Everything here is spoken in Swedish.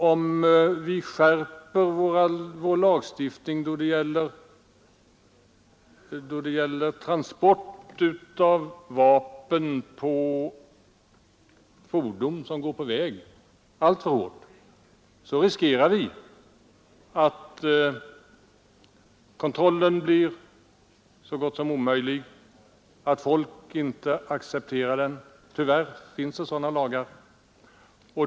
Om vi alltför hårt skärper vår lagstiftning då det gäller transport av vapen på fordon som går på väg, riskerar vi att kontrollen blir så gott som omöjlig och att folk inte accepterar lagen — tyvärr finns det sådana lagar.